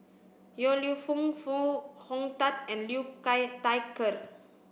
Yong Lew Foong Foo Hong Tatt and Liu Thai Ker